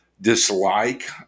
dislike